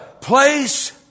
place